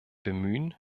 bemühen